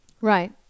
right